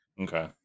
Okay